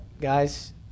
guys